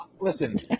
Listen